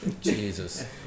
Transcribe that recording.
Jesus